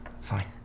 Fine